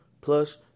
Plus